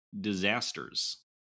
disasters